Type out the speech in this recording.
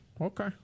Okay